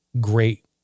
great